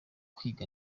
kwiga